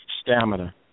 stamina